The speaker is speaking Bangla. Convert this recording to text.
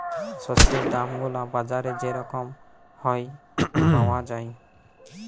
শস্যের দাম গুলা বাজারে যে রকম হ্যয় পাউয়া যায়